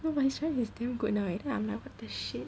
no my strength is damn good now eh then I'm like what the shit